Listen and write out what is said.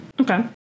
okay